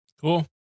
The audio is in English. cool